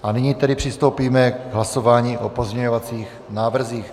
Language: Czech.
A nyní tedy přistoupíme k hlasování o pozměňovacích návrzích.